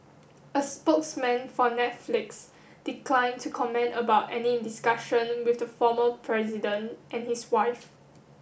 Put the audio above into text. a spokesman for Netflix declined to comment about any discussion with the former president and his wife